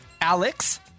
Alex